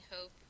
hope